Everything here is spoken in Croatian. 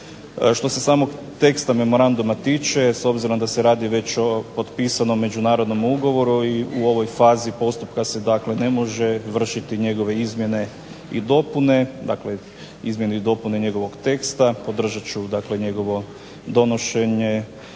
Što se samog teksta memoranduma tiče, s obzirom da se radi već o potpisanom međunarodnom ugovoru i u ovoj fazi postupka se dakle ne može vršiti njegove izmjene i dopune, dakle izmjene i dopune njegovog teksta, podržat ću dakle njegovo donošenje,